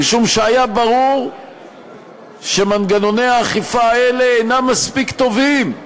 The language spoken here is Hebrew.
משום שהיה ברור שמנגנוני האכיפה האלה אינם מספיק טובים,